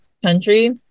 country